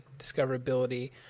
discoverability